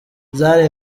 zari